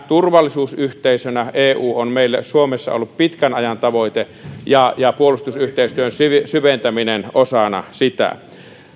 turvallisuusyhteisönä on meille suomessa ollut pitkän ajan tavoite ja ja puolustusyhteistyön syventäminen osana sitä